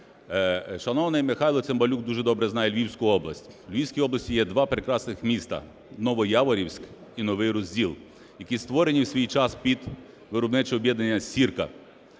Шановний Михайло Цимбалюк дуже добре знає Львівську область. В Львівській області є два прекрасних міста – Новояворівськ і Новий Розділ, які створені в свій час під виробниче об'єднання "Сірка".